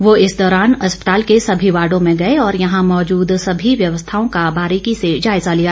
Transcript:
वह इस दौरान अस्पताल के सभी वार्डों में गए और यहां मौजूद सभी व्यवस्थाओं का बारीकी से जायजा लिया